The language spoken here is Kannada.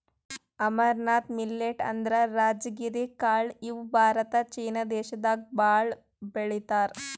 ಅಮರ್ನಾಥ್ ಮಿಲ್ಲೆಟ್ ಅಂದ್ರ ರಾಜಗಿರಿ ಕಾಳ್ ಇವ್ ಭಾರತ ಚೀನಾ ದೇಶದಾಗ್ ಭಾಳ್ ಬೆಳಿತಾರ್